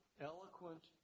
eloquent